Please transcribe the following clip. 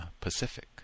Pacific